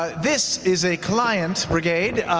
this is a client, brigade.